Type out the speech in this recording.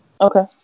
Okay